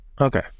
okay